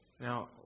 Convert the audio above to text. Now